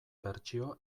bertsio